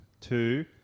Two